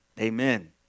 Amen